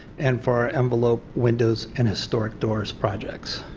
and for our envelopes, windows, and storm door projects.